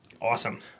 Awesome